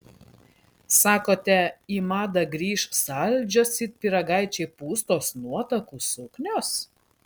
sakote į madą grįš saldžios it pyragaičiai pūstos nuotakų suknios